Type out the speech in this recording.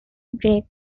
gray